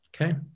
Okay